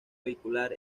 vehicular